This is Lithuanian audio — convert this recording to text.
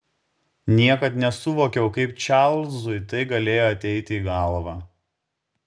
niekad nesuvokiau kaip čarlzui tai galėjo ateiti į galvą